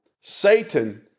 Satan